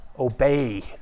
obey